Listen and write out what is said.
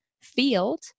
field